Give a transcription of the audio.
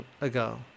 ago